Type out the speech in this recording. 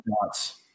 thoughts